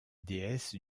déesse